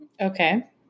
Okay